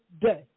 day